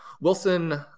Wilson